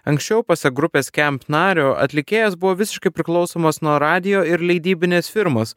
anksčiau pasak grupės skamp nario atlikėjas buvo visiškai priklausomas nuo radijo ir leidybinės firmos